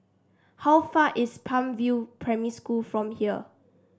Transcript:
how far is Palm View Primary School from here